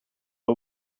are